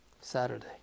Saturday